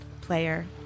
player